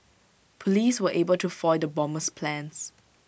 Police were able to foil the bomber's plans